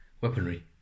weaponry